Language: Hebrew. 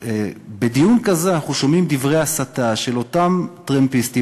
שבדיון כזה אנחנו שומעים דברי הסתה של אותם טרמפיסטים.